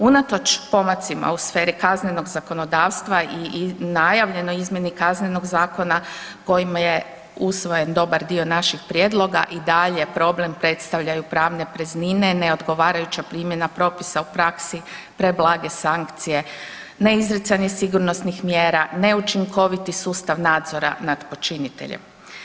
Unatoč pomacima u sferi kaznenog zakonodavstva i najavljenoj izmjeni Kaznenog zakona kojima je usvojen dobar dio naših prijedloga i dalje problem predstavljaju pravne praznine, neodgovarajuća primjena propisa u praksi, preblage sankcije, neizricanje sigurnosnih mjera, neučinkoviti sustav nadzora nad počiniteljem.